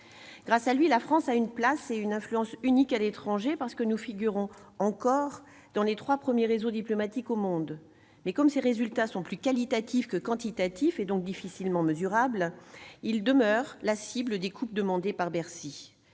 Grâce à lui, la France a une place et une influence unique à l'étranger parce que nous figurons encore dans les trois premiers réseaux diplomatiques au monde. Mais, comme ses résultats sont plus qualitatifs que quantitatifs, et donc difficilement mesurables, il demeure la cible des coupes demandées par Bercy.